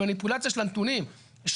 המניפולציה של הנתונים,